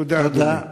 תודה, אדוני.